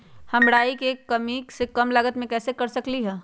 हम राई के खेती कम से कम लागत में कैसे कर सकली ह?